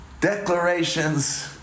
declarations